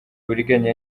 uburiganya